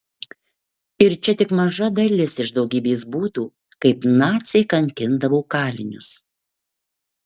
ir čia tik maža dalis iš daugybės būdų kaip naciai kankindavo kalinius